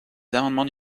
amendements